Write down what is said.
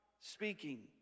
speaking